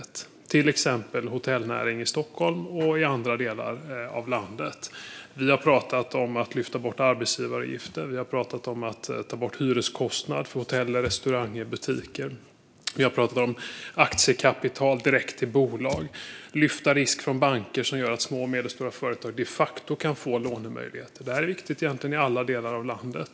Det handlar till exempel om hotellnäringen i Stockholm och i andra delar av landet. Vi har talat om att ta bort arbetsgivaravgifter och hyreskostnader för hotell, restauranger och butiker. Vi har talat om aktiekapital direkt till bolag och om att lyfta risk från banker, vilket gör att små och medelstora företag de facto kan få lånemöjligheter. Detta är viktigt i alla delar av landet.